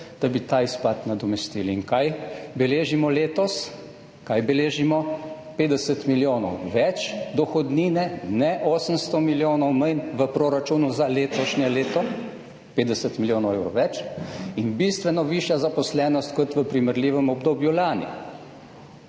»da bi ta izpad nadomestili,« in kaj beležimo letos? Kaj beležimo? 50 milijonov več dohodnine, ne 800 milijonov manj v proračunu za letošnje leto, 50 milijonov evrov več in bistveno višja zaposlenost kot v primerljivem obdobju lani.